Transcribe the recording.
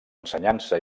ensenyança